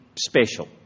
special